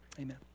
amen